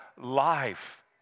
life